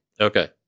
okay